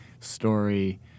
story